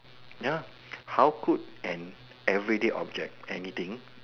ya how could an everyday object anything